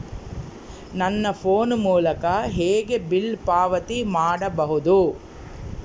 ನನ್ನ ಫೋನ್ ಮೂಲಕ ಹೇಗೆ ಬಿಲ್ ಪಾವತಿ ಮಾಡಬಹುದು?